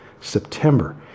september